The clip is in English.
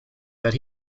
that